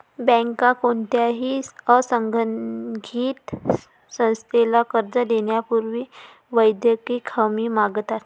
बँका कोणत्याही असंघटित संस्थेला कर्ज देण्यापूर्वी वैयक्तिक हमी मागतात